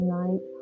night